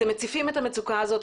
אתם מציפים את המצוקה הזאת.